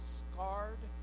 scarred